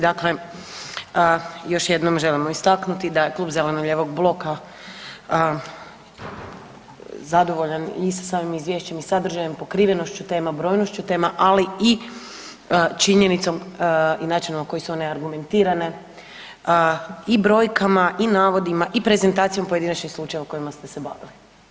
Dakle, još jednom želimo istaknuti da klub zeleno-lijevog bloka zadovoljan i sa samim izviješćem i sadržajem, pokrivenošću tema, brojnošću tema, ali i činjenicom i načinom na koje su one argumentirane i brojkama i navodima i prezentacijom pojedinačnih slučajeva kojima ste se bavili.